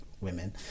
women